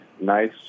nice